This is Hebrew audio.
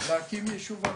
להקים יישוב ערבי.